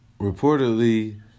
reportedly